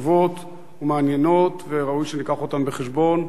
חשובות ומעניינות, וראוי שניקח אותן בחשבון.